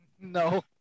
No